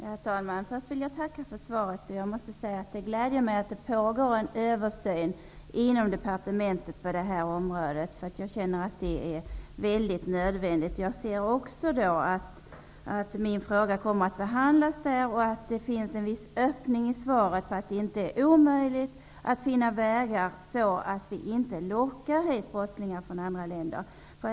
Herr talman! Först vill jag tacka för svaret. Jag måste säga att det gläder mig att det pågår en översyn inom departementet på detta område. Jag känner att det är väldigt nödvändigt. Jag ser också att min fråga kommer att behandlas där och att det finns en viss öppning i svaret för att det inte skall vara omöjligt att finna metoder så att vi inte lockar hit brottslingar från andra länder.